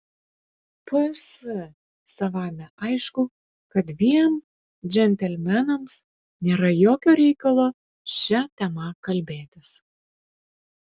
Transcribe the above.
ps savaime aišku kad dviem džentelmenams nėra jokio reikalo šia tema kalbėtis